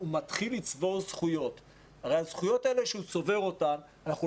הוא מתחיל לצבור זכויות והזכויות האלה אותן הוא צובר,